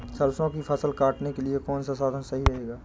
सरसो की फसल काटने के लिए कौन सा साधन सही रहेगा?